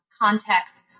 context